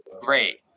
great